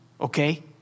Okay